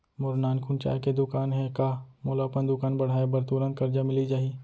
मोर नानकुन चाय के दुकान हे का मोला अपन दुकान बढ़ाये बर तुरंत करजा मिलिस जाही?